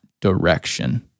direction